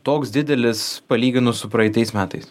toks didelis palyginus su praeitais metais